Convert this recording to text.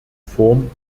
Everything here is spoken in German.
form